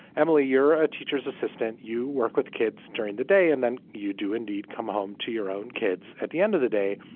emily, you're a teacher's assistant. you work with kids during the day and then you do indeed come home to your own kids at the end of the day.